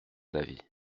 d’avis